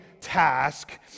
task